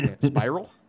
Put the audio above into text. Spiral